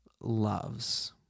loves